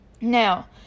Now